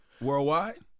worldwide